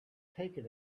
taken